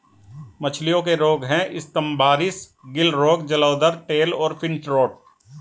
मछलियों के रोग हैं स्तम्भारिस, गिल रोग, जलोदर, टेल और फिन रॉट